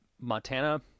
montana